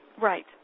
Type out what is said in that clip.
right